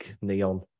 neon